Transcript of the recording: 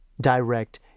direct